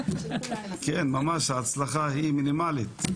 כן, ממש, ההצלחה היא מינימלית.